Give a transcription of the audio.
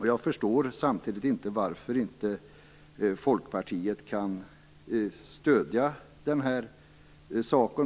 inte förstå varför inte Folkpartiet kan stödja denna sak.